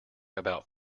about